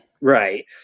right